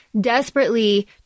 desperately